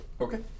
Okay